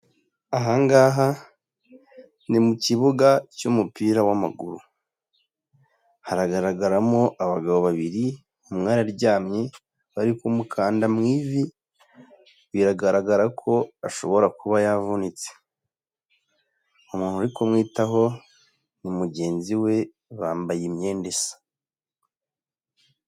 Ahangaha ni mu kibuga cy'umupira w'amaguru. Haragaragaramo abagabo babiri, umwe araryamye bari kumukanda mu ivi, biragaragara ko ashobora kuba yavunitse. Umuntu uri kumwitaho ni mugenzi we, bambaye imyenda isa.